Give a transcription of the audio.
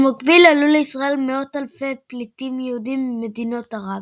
במקביל עלו לישראל מאות אלפי פליטים יהודים ממדינות ערב.